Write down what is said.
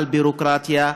על ביורוקרטיה,